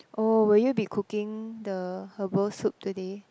oh will you be cooking the herbal soup today